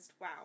wow